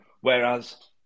Whereas